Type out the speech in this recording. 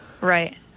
Right